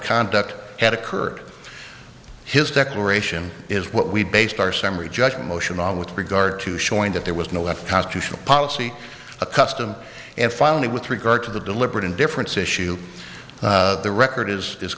conduct had occurred his declaration is what we based our summary judgment motion on with regard to showing that there was no left constitutional policy a custom and finally with regard to the deliberate indifference issue the record is is